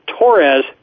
Torres